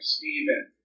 Stephen